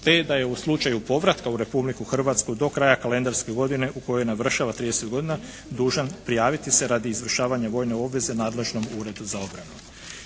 te da je u slučaju povratka u Republiku Hrvatsku do kraja kalendarske godine u kojoj navršava 30 godina dužan prijaviti se radi izvršavanja vojne obveze nadležnom Uredu za obranu.